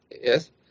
yes